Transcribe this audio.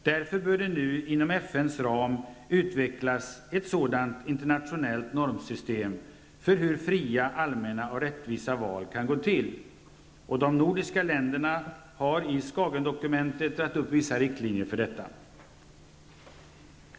Därför bör det nu inom FNs ram utvecklas ett internationellt normsystem för hur fria, allmänna och rättvisa val skall gå till. De nordiska länderna har i Skagendokumentet satt upp vissa riktlinjer för detta.